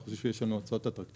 אני חושב שיש לנו הצעות אטרקטיביות,